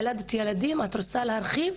ילדת ילדים ואת רוצה להרחיב,